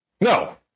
No